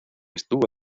estuvo